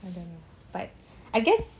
I don't know but I guess